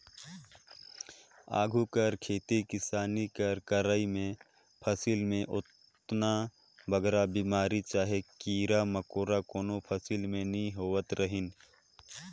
आघु कर खेती किसानी कर करई में फसिल में ओतना बगरा बेमारी चहे कीरा मकोरा कोनो फसिल में नी होवत रहिन